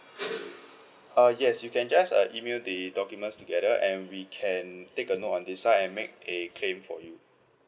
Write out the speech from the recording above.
uh yes you can just uh email the documents together and we can take a note on the site and make a claim for you